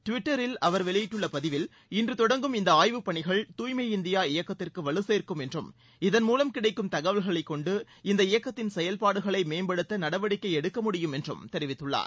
ட்விட்டரில் அவர் வெளியிட்டுள்ள பதிவில் இன்று தொடங்கும் இந்த ஆய்வுப் பணிகள் தூய்மை இந்தியா இயக்கத்திற்கு வலு சேர்க்கும் என்றும் இதன்மூலம் கிடைக்கும் தகவல்களைக் வொண்டு இந்த இயக்கத்தின் செயல்பாடுகளை மேம்படுத்த நடவடிக்கை எடுக்க முடியும் என்றும் தெரிவித்துள்ளார்